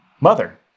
Mother